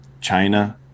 China